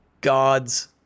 god's